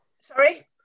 Sorry